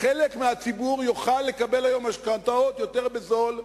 חלק מהציבור יוכל לקבל היום משכנתאות יותר בזול,